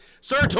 Sir